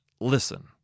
listen